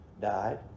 died